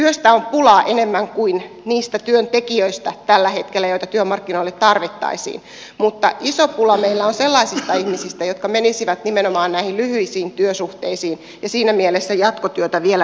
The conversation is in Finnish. työstä on pulaa enemmän tällä hetkellä kuin niistä työntekijöistä joita työmarkkinoille tarvittaisiin mutta iso pula meillä on sellaisista ihmisistä jotka menisivät nimenomaan näihin lyhyisiin työsuhteisiin ja siinä mielessä jatkotyötä vielä riittää